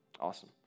Awesome